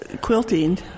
Quilting